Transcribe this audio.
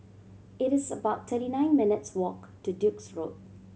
it is about thirty nine minutes walk to Duke's Road